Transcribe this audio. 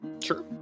Sure